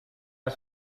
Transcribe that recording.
are